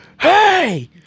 Hey